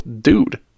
dude